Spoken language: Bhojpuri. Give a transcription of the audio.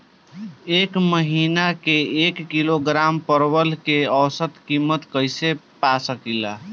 एक महिना के एक किलोग्राम परवल के औसत किमत कइसे पा सकिला?